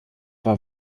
war